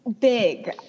big